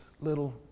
little